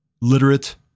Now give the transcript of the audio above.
literate